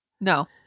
No